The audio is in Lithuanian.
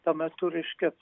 tuo metu reiškia